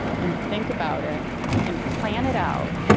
and think about it and plan it out,